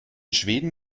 schweden